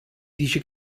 dice